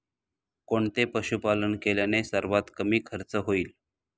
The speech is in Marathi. कोणते पशुपालन केल्याने सर्वात कमी खर्च होईल?